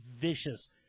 vicious